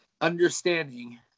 understanding